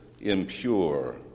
impure